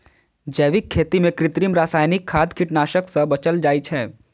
जैविक खेती मे कृत्रिम, रासायनिक खाद, कीटनाशक सं बचल जाइ छै